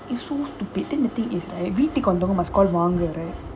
it's so stupid then the thing is right must call வாங்குறது:vangurathu right